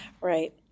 Right